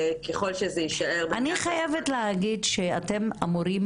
ככל שזה יישאר --- אני חייבת להגיד שאתם אמורים